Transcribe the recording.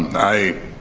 i